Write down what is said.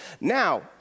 Now